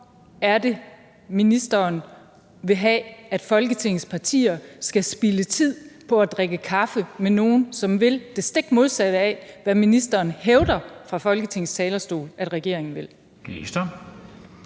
hvorfor det er, ministeren vil have, at Folketingets partier skal spilde tid på at drikke kaffe med nogen, som vil det stik modsatte af, hvad ministeren hævder fra Folketingets talerstol at regeringen vil.